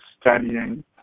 studying